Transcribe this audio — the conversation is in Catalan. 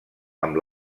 amb